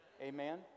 Amen